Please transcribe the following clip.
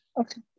Okay